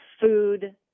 food